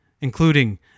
including